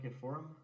forum